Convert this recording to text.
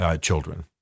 children